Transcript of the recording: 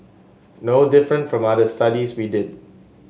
no different from other studies we did